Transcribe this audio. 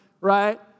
right